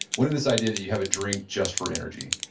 when did this idea that you have a drink just for energy?